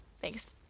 thanks